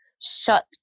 shut